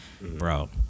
bro